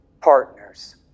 partners